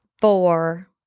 four